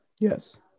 Yes